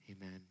amen